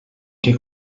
què